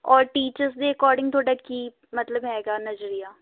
ਔਰ ਟੀਚਰਸ ਦੇ ਅਕੋਰਡਿੰਗ ਤੁਹਾਡਾ ਕੀ ਮਤਲਬ ਹੈਗਾ ਨਜ਼ਰੀਆ